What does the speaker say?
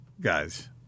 guys